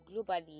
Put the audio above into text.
Globally